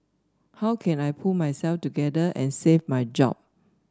how can I pull myself together and save my job